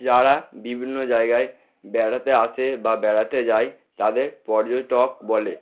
যারা বিভিন্ন জায়গায় বেড়াতে আসে বা বেড়াতে যায় তাদের পর্যটক বলে